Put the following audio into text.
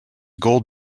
gold